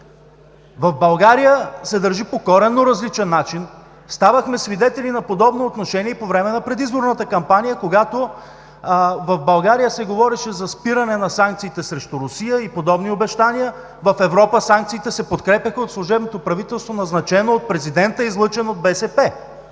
в България се държат по коренно различен начин. Ставахме свидетели на подобно отношение и по време на предизборната кампания, когато в България се говореше за спиране на санкциите срещу Русия и подобни обещания, а в Европа санкциите се подкрепяха от служебното правителство, назначено от президента и излъчено от БСП.